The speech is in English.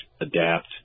adapt